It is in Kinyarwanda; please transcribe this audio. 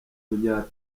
munya